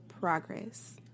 progress